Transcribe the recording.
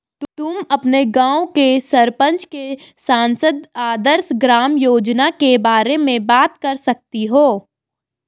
तुम अपने गाँव के सरपंच से सांसद आदर्श ग्राम योजना के बारे में बात कर सकती हो